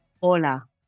Hola